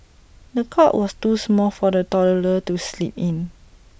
the cot was too small for the toddler to sleep in